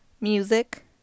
music